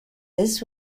this